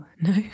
no